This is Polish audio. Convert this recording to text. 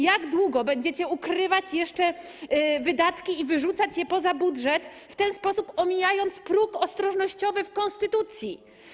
Jak długo jeszcze będziecie ukrywać wydatki i wyrzucać je poza budżet, w ten sposób omijając próg ostrożnościowy w konstytucji?